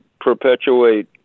perpetuate